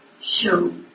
show